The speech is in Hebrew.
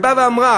היא באה ואמרה: